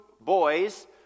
boys